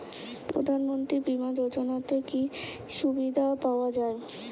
প্রধানমন্ত্রী বিমা যোজনাতে কি কি সুবিধা পাওয়া যায়?